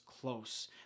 close